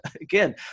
again